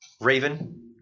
Raven